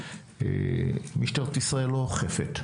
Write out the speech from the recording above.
משטרת ישראל לא אוכפת,